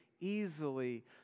easily